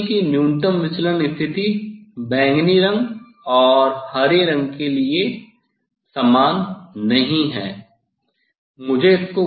आप देखते हैं कि न्यूनतम विचलन स्थिति बैंगनी रंग और हरे रंग के लिए समान नहीं है